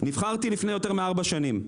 נבחרתי לפני יותר מארבע שנים,